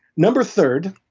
number third,